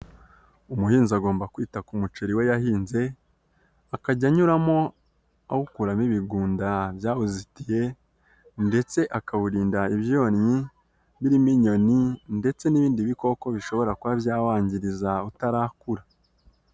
Umuhinzi agomba kwita ku umuceri we yahinze, akajya anyuramo awukuramo ibigunda byawuzitiye, ndetse akawurinda ibyonnyi, birimo inyoni ndetse n'ibindi bikoko bishobora kuba byawangiriza utarakura.